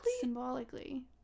Symbolically